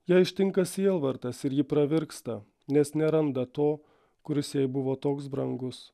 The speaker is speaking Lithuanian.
ją ištinka sielvartas ir ji pravirksta nes neranda to kuris jai buvo toks brangus